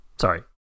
Sorry